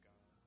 God